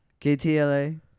KTLA